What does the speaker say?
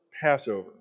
Passover